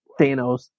Thanos